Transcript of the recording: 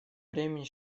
времени